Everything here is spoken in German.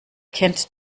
kennt